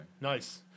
Nice